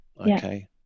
Okay